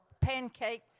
pancake